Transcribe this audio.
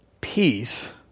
peace